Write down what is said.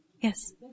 Yes